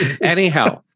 Anyhow